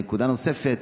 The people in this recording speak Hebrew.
נקודה נוספת: